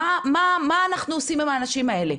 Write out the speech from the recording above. מה אנחנו עושים עם האנשים האלה?